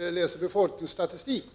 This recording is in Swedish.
läser befolkningsstatistik,